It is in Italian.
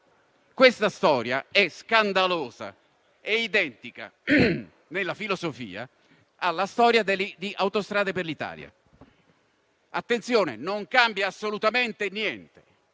Questa storia è scandalosa e identica, nella filosofia, alla storia di Autostrade per l'Italia. Attenzione: non cambia assolutamente niente.